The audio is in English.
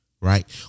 Right